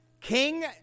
King